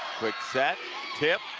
quick set tip.